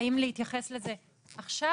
האם להתייחס לזה עכשיו?